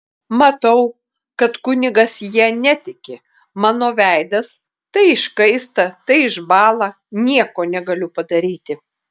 matau kad kunigas ja netiki mano veidas tai iškaista tai išbąla nieko negaliu padaryti